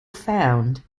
found